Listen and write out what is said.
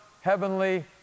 heavenly